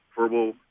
verbal